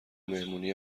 مهمونی